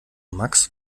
max